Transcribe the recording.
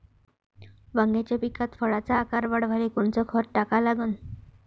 वांग्याच्या पिकात फळाचा आकार वाढवाले कोनचं खत टाका लागन?